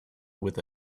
with